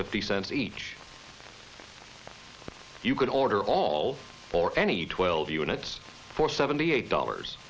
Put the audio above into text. fifty cents each you can order all or any twelve units for seventy eight dollars